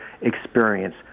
experience